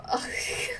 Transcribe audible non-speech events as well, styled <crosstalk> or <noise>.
<laughs>